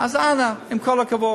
אז אנא, עם כל הכבוד.